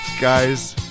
Guys